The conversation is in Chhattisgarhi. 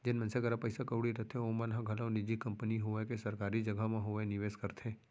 जेन मनसे करा पइसा कउड़ी रथे ओमन ह घलौ निजी कंपनी होवय के सरकारी जघा म होवय निवेस करथे